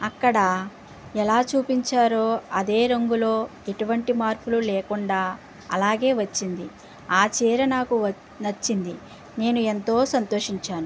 అక్కడ ఎలా చూపించారో అదే రంగులో ఎటువంటి మార్పులు లేకుండా అలాగే వచ్చింది ఆ చీర నాకు నచ్చింది నేను ఎంతో సంతోషించాను